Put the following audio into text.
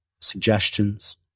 suggestions